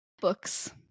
books